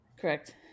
correct